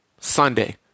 Sunday